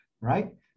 right